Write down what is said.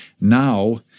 Now